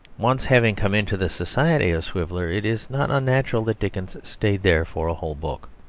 once having come into the society of swiveller it is not unnatural that dickens stayed there for a whole book.